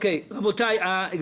בסדר, הרי על זה אנחנו דנים.